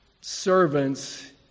servants